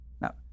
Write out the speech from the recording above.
Now